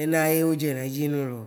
ena edze na dzim lo.